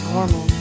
Normal